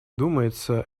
думается